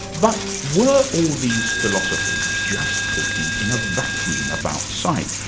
but were all these philosophers just talking in a vacuum about sight?